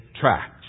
Tracks